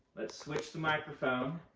let's switch the microphone,